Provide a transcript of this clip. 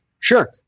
Sure